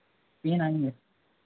तीन आएंगे